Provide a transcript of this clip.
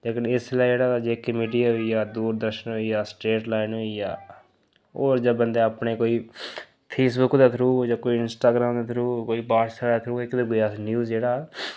लेकिन इसलै जेह्ड़ा तां जेके मीडिया होई गेआ दूरदर्शन होई गेआ स्ट्रेट लाइन होर जां बंदे अपने कोई फेसबुक दे थ्रू कोई इंस्टाग्राम दे थ्रू कोई व्हाट्सएप दे थ्रू इक दूए आदमिये ई ओह् जेह्ड़ा